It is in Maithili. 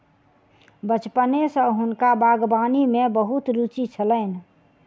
बचपने सॅ हुनका बागवानी में बहुत रूचि छलैन